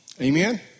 Amen